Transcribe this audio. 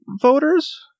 voters